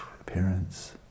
appearance